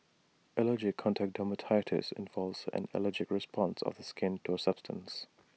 allergic contact dermatitis involves an allergic response of the skin to A substance